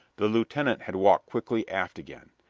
the lieutenant had walked quickly aft again.